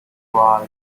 ride